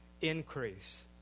increase